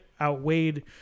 outweighed